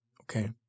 Okay